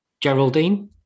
Geraldine